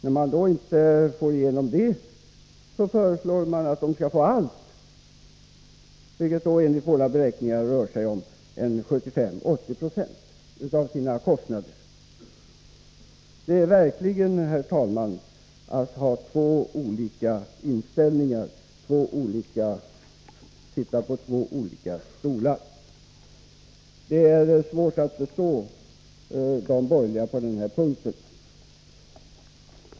När det då inte går att få igenom det, föreslås att de skall få allt, vilket enligt våra beräkningar innebär 75-80 2 av kostnaden. Det är verkligen, herr talman, att ha två olika inställningar, att sitta på två stolar. Det är svårt att förstå de borgerliga på denna punkt.